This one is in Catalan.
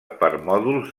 permòdols